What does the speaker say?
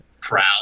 proud